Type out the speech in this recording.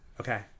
okay